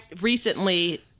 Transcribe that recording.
recently